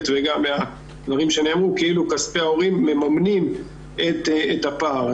וגם מהדברים שנאמרו כאילו כספי ההורים מממנים את הפער.